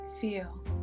feel